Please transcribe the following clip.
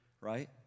Right